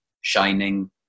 shining